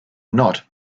not